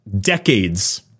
decades